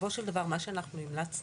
בסופו של דבר מה שאנחנו המלצנו